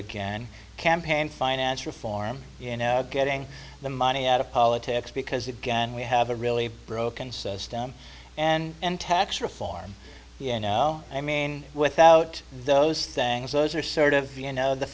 again campaign finance reform you know getting the money out of politics because again we have a really broken system and tax reform yeah now i mean without those things those are sort of you know the